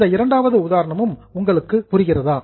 இந்த இரண்டாவது உதாரணமும் உங்களுக்கு புரிகிறதா